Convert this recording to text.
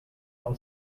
all